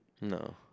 No